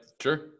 sure